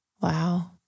Wow